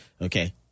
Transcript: Okay